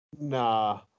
nah